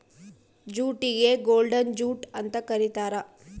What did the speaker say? ಜೂಟಿಗೆ golden jute ಅಂತ ಕರೀತಾರ